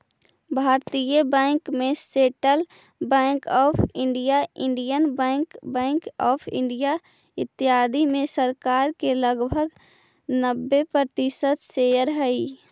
भारतीय बैंक में central bank of India, Indian bank, bank of India, इत्यादि में सरकार के लगभग नब्बे प्रतिशत शेयर हइ